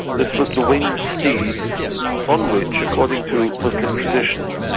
this was the winged steed on which, according to muslim tradition,